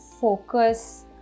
focus